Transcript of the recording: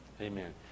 Amen